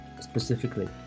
specifically